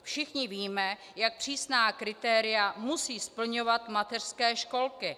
Všichni víme, jak přísná kritéria musí splňovat mateřské školky.